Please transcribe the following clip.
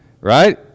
right